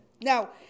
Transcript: Now